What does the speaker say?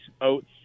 oats